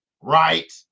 right